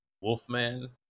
Wolfman